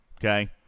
Okay